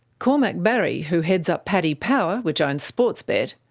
cormac barry, who heads up paddypower, which owns sportsbet,